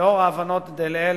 לאור ההבנות דלעיל,